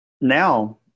now